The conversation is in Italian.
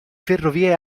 ferrovie